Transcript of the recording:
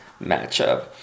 matchup